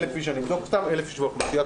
אבדוק סתם 1,000 איש באוכלוסייה.